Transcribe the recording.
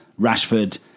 Rashford